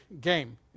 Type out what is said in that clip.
game